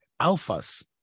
alphas